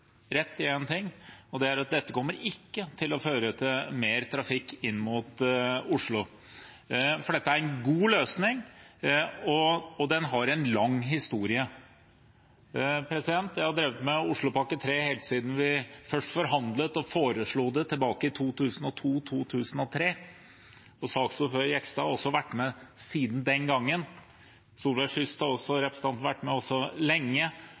rett i én ting, og det er at dette kommer ikke til å føre til mer trafikk inn mot Oslo, for dette er en god løsning, og den har en lang historie. Jeg har drevet med Oslopakke 3 helt siden vi først forhandlet og foreslo det tilbake i 2002–2003. Saksordfører Jegstad har også vært med siden den gang. Representanten Solveig Schytz har også vært med lenge, og Sverre Myrli har også vært med lenge